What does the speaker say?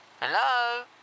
Hello